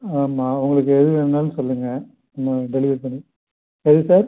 ஆமாம் உங்களுக்கு எது வேணுனாலும் சொல்லுங்கள் நம்ம டெலிவரி பண்ணி எது சார்